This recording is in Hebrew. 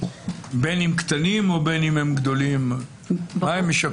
בין אם קטנים או גדולים - מה הם משקפים.